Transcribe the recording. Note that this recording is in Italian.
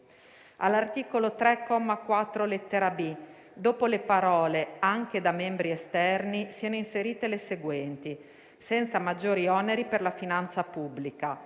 all'articolo 3, comma 4, lettera *b)*, dopo le parole: "anche da membri esterni", siano inserite le seguenti: "senza maggiori oneri per la finanza pubblica",